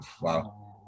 wow